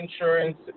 insurance